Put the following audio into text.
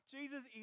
Jesus